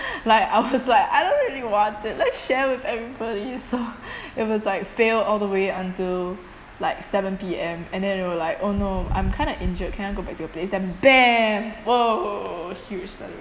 like I was like I don't really want it let's share with everybody so it was like fail all the way until like seven P_M and then they were like oh no I'm kind of injured can I go back to your place them bam !whoa! huge celebration